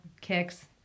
kicks